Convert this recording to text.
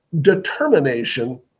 determination